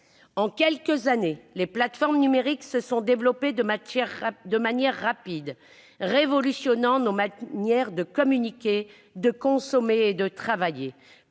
En quelques années, les plateformes numériques se sont développées de manière rapide, révolutionnant nos manières de communiquer, de consommer et de travailler.